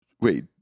Wait